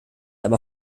aber